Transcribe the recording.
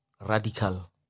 radical